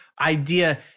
idea